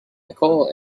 nicole